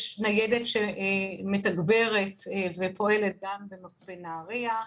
יש ניידת שמתגברת ופועלת גם בנהריה,